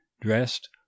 dressed